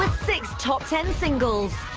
six top ten singles,